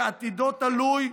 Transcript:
שעתידו תלוי,